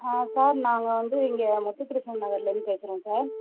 sir நாங்கள் வந்து இங்கே முத்து கிருஷ்ணன் நகர்லேருந்து பேசுகிறோம் சார்